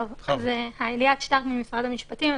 אני ממשרד המשפטים.